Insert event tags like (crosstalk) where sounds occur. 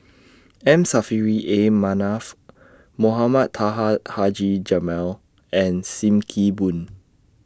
(noise) M Saffri A Manaf Mohamed Taha Haji Jamil and SIM Kee Boon